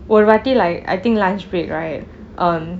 ஒரு வாட்டி:oru vatti like I think lunch break right um